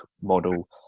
model